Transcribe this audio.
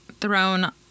thrown